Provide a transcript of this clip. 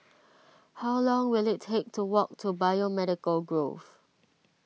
how long will it take to walk to Biomedical Grove